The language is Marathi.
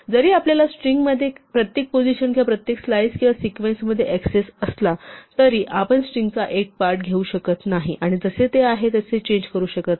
जरी आपल्याला स्ट्रिंगमध्ये प्रत्येक पोझिशन्स किंवा प्रत्येक स्लाइस किंवा सिक्वेन्समध्ये ऍक्सेस असला तरी आपण स्ट्रिंगचा एक पार्ट घेऊ शकत नाही आणि ते जसे आहे तसे चेंज करू शकत नाही